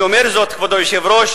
אני אומר זאת, כבוד היושב-ראש,